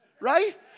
right